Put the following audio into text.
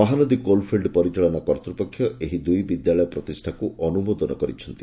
Mahanadi coal fields ପରିଚାଳନା କର୍ତ୍ତପକ୍ଷ ଏହି ଦୁଇ ବିଦ୍ୟାଳୟ ପ୍ରତିଷ୍ଠାକୁ ଅନୁମୋଦନ କରିଛନ୍ତି